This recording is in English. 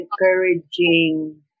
encouraging